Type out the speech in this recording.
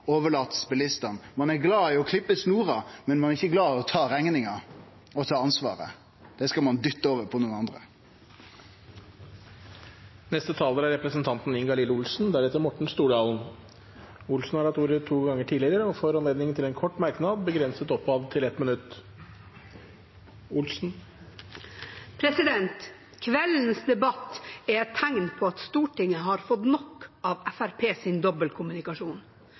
til bilistane. Ein er glad i å klippe snorer, men ein er ikkje glad i å ta rekninga og ta ansvaret. Det skal ein dytte over på nokon andre. Representanten Ingalill Olsen har hatt ordet to ganger tidligere og får ordet til en kort merknad, begrenset til 1 minutt. Kveldens debatt er et tegn på at Stortinget har fått nok av